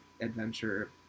adventure